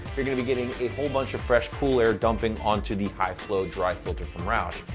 you're gonna be getting a whole bunch of fresh cool air dumping onto the high-flow dry filter from roush.